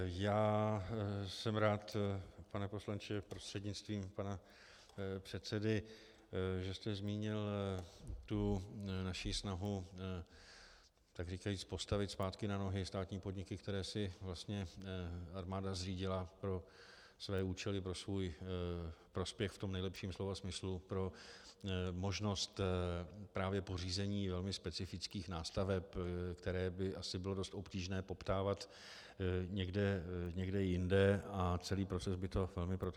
Já jsem rád, pane poslanče prostřednictvím pana předsedy, že jste zmínil naši snahu takříkajíc postavit zpátky na nohy státní podniky, které si vlastně armáda zřídila pro své účely, pro svůj prospěch v tom nejlepším slova smyslu, pro možnost pořízení velmi specifických nástaveb, které by asi bylo dost obtížné poptávat někde jinde, a celý proces by to velmi protáhlo.